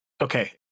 Okay